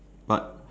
but